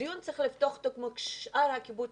הדיון הוא שצריך לפתוח כמו שאר הקיבוצים.